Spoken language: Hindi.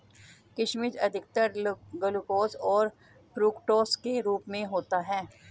किशमिश अधिकतर ग्लूकोस और फ़्रूक्टोस के रूप में होता है